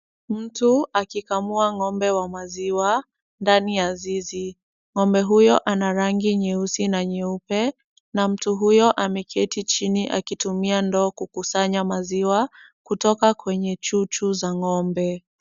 Mtu akikamua ng'ombe wa maziwa ndani ya zizi. Ng'ombe huyo ana rangi nyeusi na nyeupe na mtu huyo ameketi chini akitumia ndoo kukusanya maziwa, kutoka kwenye chuchu za ng'ombe.